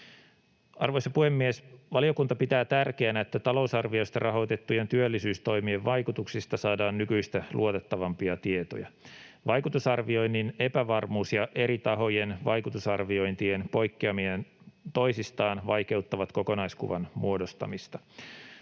Arvoisa puhemies! Valiokunta pitää tärkeänä, että talousarviosta rahoitettujen työllisyystoimien vaikutuksista saadaan nykyistä luotettavampia tietoja. Vaikutusarvioinnin epävarmuus ja eri tahojen vaikutusarviointien poikkeaminen toisistaan vaikeuttavat kokonaiskuvan muodostamista.